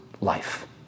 life